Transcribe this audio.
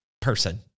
person